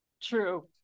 true